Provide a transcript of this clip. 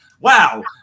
Wow